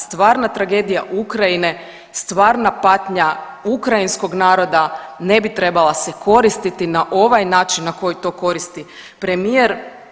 Stvarna tragedija Ukrajine, stvarna patnja ukrajinskog naroda ne bi trebala se koristiti na ovaj na čin na koji to koristi premijer.